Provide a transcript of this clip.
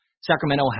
Sacramento